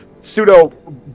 pseudo